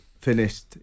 finished